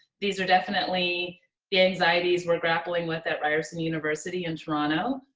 these are definitely the anxieties were grappling with at ryerson university in toronto